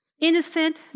innocent